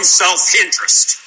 self-interest